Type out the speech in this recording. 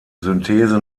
synthese